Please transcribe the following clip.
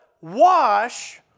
Wash